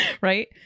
right